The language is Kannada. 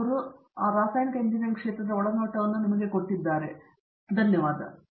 ನಮ್ಮೊಂದಿಗೆ ಸೇರಿದಕ್ಕಾಗಿ ಮತ್ತು ನಮ್ಮ ಬಳಿ ನಿಮ್ಮ ಒಳನೋಟವನ್ನು ಹಂಚಿಕೊಂಡದಕ್ಕೆ ರಂಗ ಅವರಿಗೆ ಧನ್ಯವಾದಗಳು